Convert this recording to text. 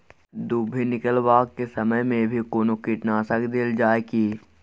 दुभी निकलबाक के समय मे भी कोनो कीटनाशक देल जाय की?